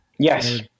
Yes